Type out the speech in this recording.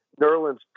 Nerland's